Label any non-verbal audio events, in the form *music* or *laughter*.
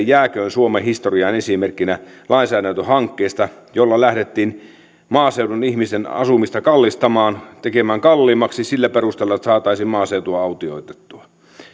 *unintelligible* jääköön suomen historiaan esimerkkinä lainsäädäntöhankkeesta jolla lähdettiin maaseudun ihmisen asumista kallistamaan tekemään kalliimmaksi sillä perusteella että saataisiin maaseutu autioitettua